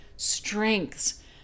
strengths